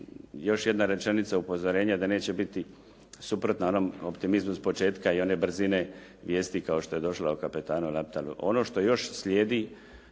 još jedna rečenica upozorenja da neće biti suprotna onom optimizmu s početka i one brzine vijesti kao što je došla o kapetanu Laptalu. Ono što još slijedi